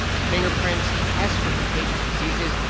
fingerprints, tests for contagious diseases.